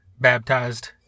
baptized